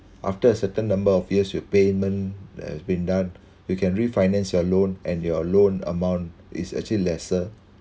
after a certain number of years your payment that has been done you can refinance your loan and your loan amount is actually lesser